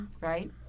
right